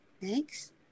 next